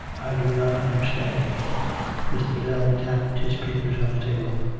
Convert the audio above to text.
i do not understand mr. biddell tapped his papers on the table.